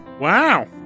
Wow